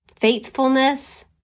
faithfulness